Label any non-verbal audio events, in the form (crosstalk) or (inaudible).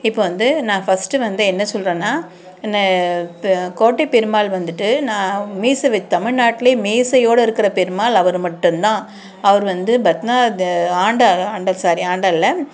இப்போ வந்து நான் ஃபர்ஸ்ட்டு வந்து என்ன சொல்றேன்னா (unintelligible) இப்போ கோட்டை பெருமாள் வந்துட்டு நான் மீசை வை தமிழ்நாட்டில் மீசையோடு இருக்கிற பெருமாள் அவர் மட்டும்தான் அவர் வந்து பத்னா இந்த ஆண்டாள் ஆண்டாள் சாரி ஆண்டாள் இல்ல